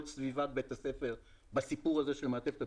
סביבת בית הספר בסיפור הזה של מעטפת הבטיחות,